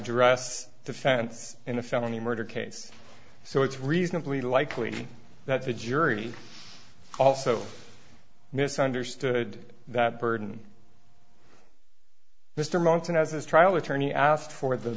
address defense in a felony murder case so it's reasonably likely that the jury also misunderstood that burden mr munson as his trial attorney asked for the